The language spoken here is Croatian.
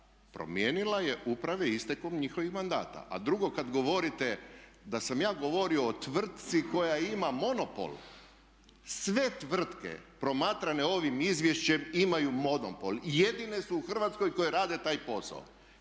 Promijenila je uprave istekom njihovog mandata. A drugo, kad govorite da sam ja govorio o tvrtci koja ima monopol, sve tvrtke promatrane ovim izvješćem imaju monopol i jedine su u Hrvatskoj koje rade taj posao.